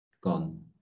gone